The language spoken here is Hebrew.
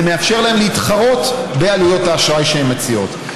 זה מאפשר להם להתחרות בעלויות האשראי שהן מציעות.